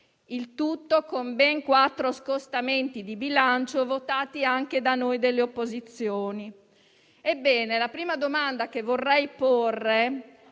il tutto con ben quattro scostamenti di bilancio votati anche da noi delle opposizioni. Ebbene, la prima domanda che vorrei porre